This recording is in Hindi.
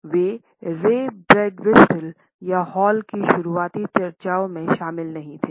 वे रे बर्डविस्टेल या हॉल की शुरुआती चर्चाओं में शामिल नहीं थे